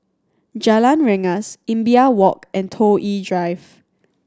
Jalan Rengas Imbiah Walk and Toh Yi Drive